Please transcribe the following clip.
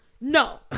No